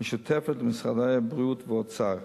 משותפת למשרדי הבריאות והאוצר.